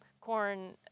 corn